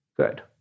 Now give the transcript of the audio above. Good